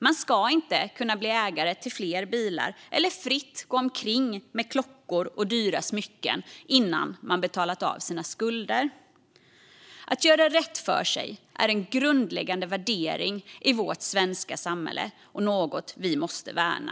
Man ska inte kunna bli ägare till flera bilar eller fritt gå omkring med klockor och dyra smycken innan man har betalat av sina skulder. Att göra rätt för sig är en grundläggande värdering i vårt svenska samhälle och något vi måste värna.